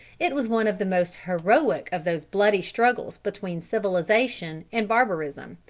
it was one of the most heroic of those bloody struggles between civilization and barbarism,